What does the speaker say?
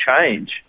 change